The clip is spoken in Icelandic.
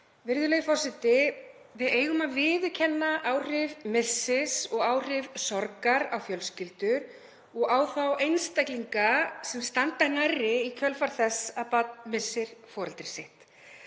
Virðulegi forseti. Við eigum að viðurkenna áhrif missis og áhrif sorgar á fjölskyldur og á þá einstaklinga sem standa nærri í kjölfar þess að barn missir foreldri sitt.